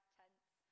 tents